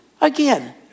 Again